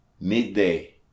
midday